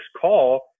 call